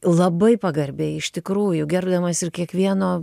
labai pagarbiai iš tikrųjų gerbdamas ir kiekvieno